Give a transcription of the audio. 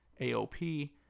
AOP